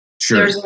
Sure